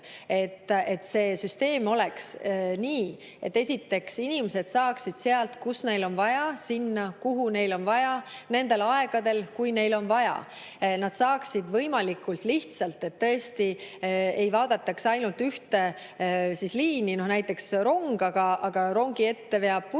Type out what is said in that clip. see süsteem oleks nii, et inimesed saaksid sealt, kust neil on vaja, sinna, kuhu neil on vaja, nendel aegadel, kui neil on vaja, et nad saaksid seda võimalikult lihtsalt ja et tõesti ei vaadataks ainult ühte liini, näiteks rongi – aga rongile veab buss